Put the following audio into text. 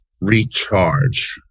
recharge